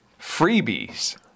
freebies